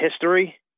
history